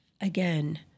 again